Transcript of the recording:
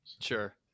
Sure